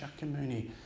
Shakyamuni